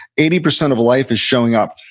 eighty percent of life is showing up.